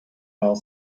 while